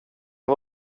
var